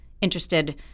interested